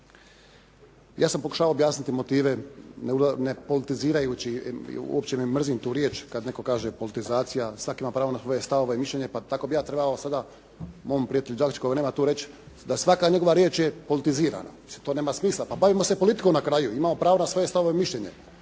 Ja sam pokušavao objasniti motive ne politizirajući i uopće mrzim tu riječ kad netko kaže politizacija. Svak ima pravo na svoje stavove i mišljenja pa tako bih ja trebao sada mom prijatelju Đakiću koga nema tu reći da svaka njegova riječ je politizirana. To nema smisla, pa bavimo se politikom na kraju. Imamo pravo na svoje stavove i mišljenja